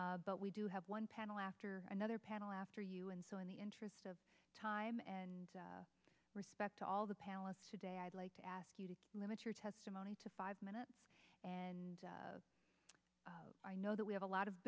called but we do have one panel after another panel after you and so in the interest of time and respect to all the palace today i'd like to ask you to limit your testimony to five minutes and i know that we have a lot of